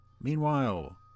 Meanwhile